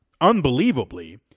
unbelievably